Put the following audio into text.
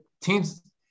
teams